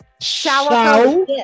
Shower